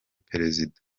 perezida